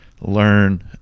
learn